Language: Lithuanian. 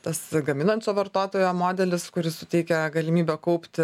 tas gaminančio vartotojo modelis kuris suteikia galimybę kaupti